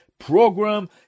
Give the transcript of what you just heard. program